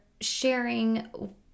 sharing